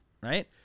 right